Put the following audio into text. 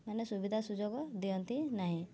ମାନେ ସୁବିଧା ସୁଯୋଗ ଦିଅନ୍ତି ନାହିଁ